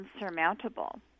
insurmountable